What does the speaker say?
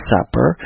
Supper